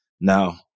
Now